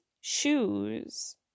shoes